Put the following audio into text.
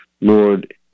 Lord